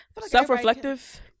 self-reflective